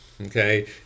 okay